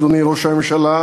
אדוני ראש הממשלה,